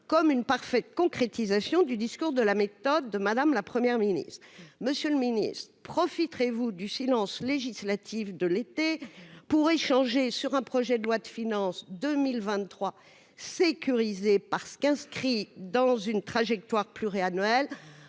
comme une parfaite concrétisation du discours de la méthode de Mme la Première ministre ? Monsieur le ministre, profiterez-vous du silence législatif de l'été pour échanger sur un projet de loi de finances initiale pour 2023 sécurisé parce qu'inscrit dans une trajectoire pluriannuelle,